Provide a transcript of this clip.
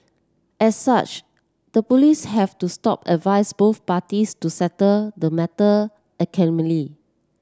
as such the police have to stop advised both parties to settle the matter